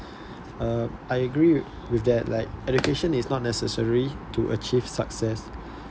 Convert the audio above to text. uh I agree with with that like education is not necessary to achieve success